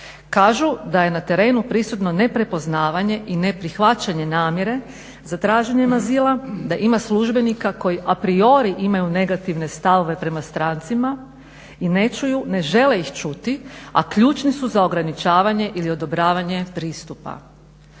Kažu da je na terenu prisutno neprepoznavanje i neprihvaćanje namjere za traženjem azila da ima službenika koji a priori imaju negativne stavove prema strancima i ne čuju, ne žele ih čuti, a ključni su za ograničavanje ili odobravanje pristupa.